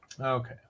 Okay